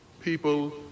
people